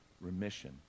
remission